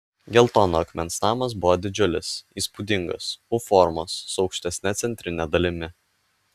geltono akmens namas buvo didžiulis įspūdingas u formos su aukštesne centrine dalimi